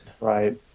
Right